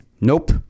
Nope